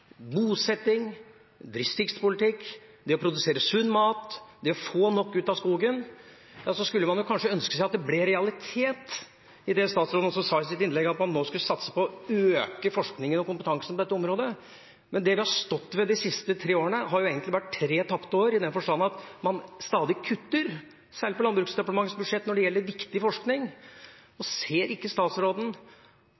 bosetting, distriktspolitikk, det å produsere sunn mat, det å få nok ut av skogen. Man skulle kanskje ønske seg at det ble realitet i det statsråden sa i sitt innlegg om at han nå skulle øke satsingen på forskning og kompetanse på dette området. Det vi har stått ved de tre siste årene, har egentlig vært tre tapte år i den forstand at man stadig kutter, særlig på Landbruksdepartementets budsjett når det gjelder viktig forskning.